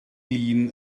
lin